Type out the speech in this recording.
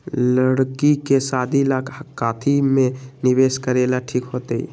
लड़की के शादी ला काथी में निवेस करेला ठीक होतई?